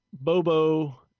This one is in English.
Bobo